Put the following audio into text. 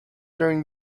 during